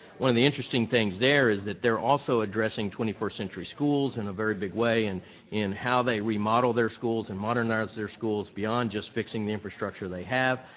one of the interesting things there is that they're also addressing twenty first century schools in a very big way and in how they remodel their schools and modernize their schools beyond just fixing the infrastructure they have,